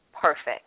perfect